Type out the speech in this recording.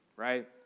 right